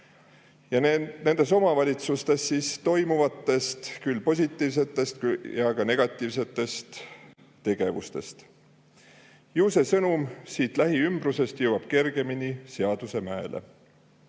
ja nendes omavalitsustes toimuvatest küll positiivsetest, küll negatiivsetest tegevustest. Ju see sõnum siit lähiümbrusest jõuab kergemini seadusemäele. Kahjuks